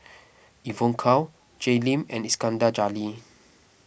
Evon Kow Jay Lim and Iskandar Jalil